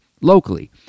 locally